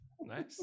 nice